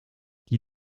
die